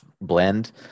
blend